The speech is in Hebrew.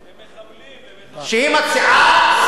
למחבלים, למחבלים.